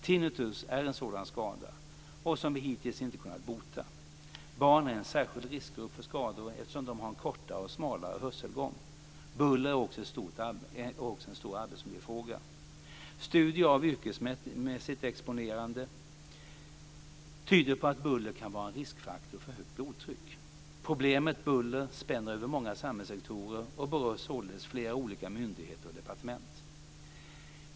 Tinnitus är en sådan skada som vi hittills inte kunnat bota. Barn är en särskild riskgrupp för skador eftersom de har en kortare och smalare hörselgång. Buller är också en stor arbetsmiljöfråga. Studier av yrkesmässigt exponerande tyder på att buller kan vara en riskfaktor för högt blodtryck. Problemet buller spänner över många samhällssektorer och berör således flera olika myndigheter och departement.